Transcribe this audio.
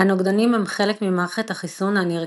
הנוגדנים הם חלק ממערכת החיסון הנרכשת.